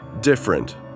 different